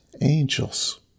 angels